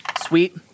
Sweet